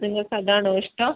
നിങ്ങൾക്ക് അത് ആണോ ഇഷ്ടം